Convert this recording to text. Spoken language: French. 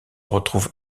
retrouve